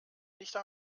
nichte